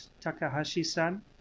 takahashi-san